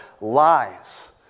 lies